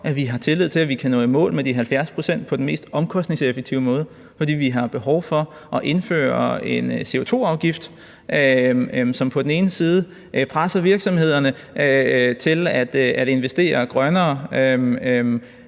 vi har tillid til, at vi kan nå i mål med de 70 pct. på den mest omkostningseffektive måde. For på den ene side siger vi, at vi har behov for at indføre en CO2-afgift, som presser virksomhederne til at investere grønnere,